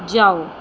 ਜਾਓ